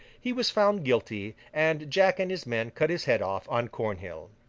he was found guilty, and jack and his men cut his head off on cornhill.